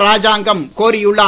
ராஜாங்கம் கோரியுள்ளார்